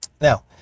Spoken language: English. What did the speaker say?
Now